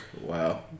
Wow